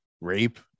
rape